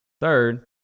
Third